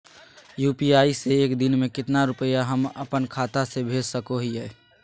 UPI से एक दिन में कितना रुपैया हम अपन खाता से भेज सको हियय?